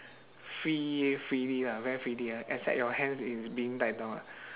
free freely lah very freely lah except your hands is being tied down lah